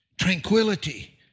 tranquility